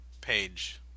page